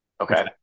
Okay